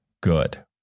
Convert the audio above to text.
good